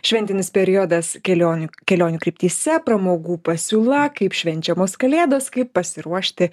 šventinis periodas kelionių kelionių kryptyse pramogų pasiūla kaip švenčiamos kalėdos kaip pasiruošti